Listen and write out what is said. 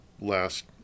last